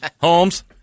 Holmes